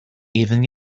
even